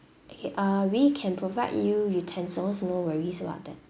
okay uh we can provide you utensils no worries about that